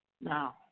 Now